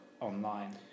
online